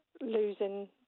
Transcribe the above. losing